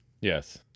Yes